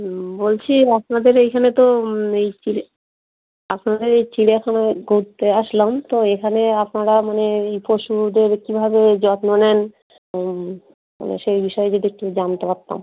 হুম বলছি আপনাদের এইখানে তো এই আসলে এই চিড়িয়াখানায় ঘুরতে আসলাম তো এখানে আপনারা মানে এই পশুদের কীভাবে যত্ন নেন সেই বিষয়ে যদি একটু জানতে পারতাম